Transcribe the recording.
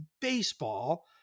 baseball